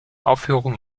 aufführung